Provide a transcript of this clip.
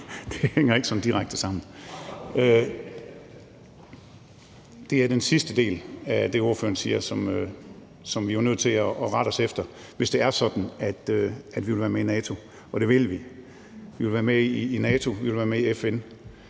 Det hænger ikke sådan direkte sammen. Det er den sidste del af det, spørgeren siger, vi er nødt til at rette os efter, hvis det er sådan, at vi vil være med i NATO, og det vil vi. Vi vil være med i NATO; vi vil være med i FN;